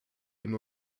hin